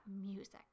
music